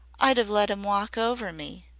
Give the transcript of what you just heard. i'd have let him walk over me.